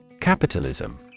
Capitalism